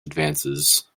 advances